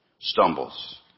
stumbles